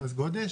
מס גודש?